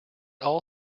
all